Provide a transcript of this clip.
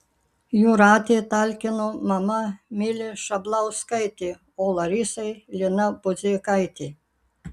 jūratei talkino mama milė šablauskaitė o larisai lina budzeikaitė